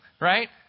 right